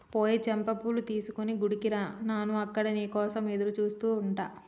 ఓయ్ చంపా పూలు తీసుకొని గుడికి రా నాను అక్కడ నీ కోసం ఎదురుచూస్తు ఉంటా